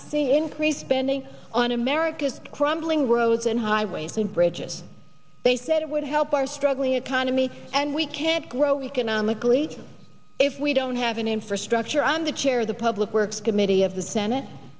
see increased spending on america's crumbling roads and highways and bridges they said it would help our struggling economy and we can't grow economically if we don't have an infrastructure on the chair of the public works committee of the senate